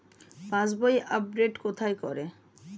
পাসবই update কোথায় করে?